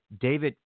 david